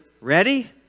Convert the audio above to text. ready